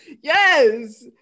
Yes